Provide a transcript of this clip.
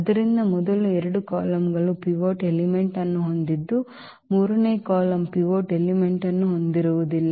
ಆದ್ದರಿಂದ ಮೊದಲ ಎರಡು ಕಾಲಮ್ಗಳು ಪಿವೋಟ್ ಎಲಿಮೆಂಟ್ ಅನ್ನು ಹೊಂದಿದ್ದು ಮೂರನೇ ಕಾಲಮ್ ಪಿವೋಟ್ ಎಲಿಮೆಂಟ್ ಅನ್ನು ಹೊಂದಿರುವುದಿಲ್ಲ